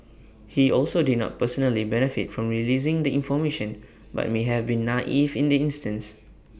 he also did not personally benefit from releasing the information but may have been naive in this instance